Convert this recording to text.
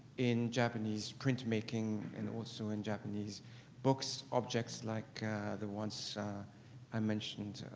in japanese printmaking, and also in japanese books, objects like the ones i mentioned